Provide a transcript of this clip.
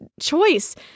choice